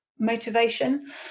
motivation